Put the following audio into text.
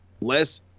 less